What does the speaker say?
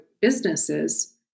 businesses